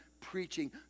preaching